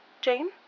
Jane